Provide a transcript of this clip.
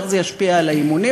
איך זה ישפיע על האימונים,